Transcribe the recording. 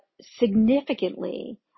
significantly